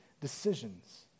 decisions